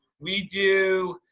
we do